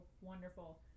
wonderful